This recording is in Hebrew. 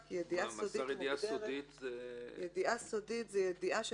כי ידיעה סודית מוגדרת: "ידיעה שתוכנה,